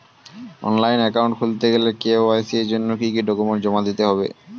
Online account খুলতে গেলে KYC জন্য কি কি ডকুমেন্ট জমা দিতে হবে?